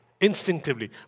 Instinctively